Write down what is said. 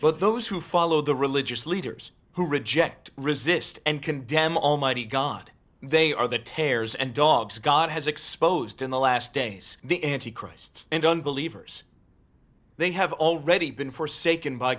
but those who follow the religious leaders who reject resist and condemn almighty god they are the tears and dogs god has exposed in the last days the antichrist and unbelievers they have already been forsaken by